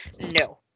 No